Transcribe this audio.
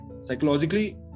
psychologically